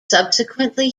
subsequently